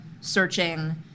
searching